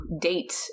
date